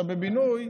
בבינוי,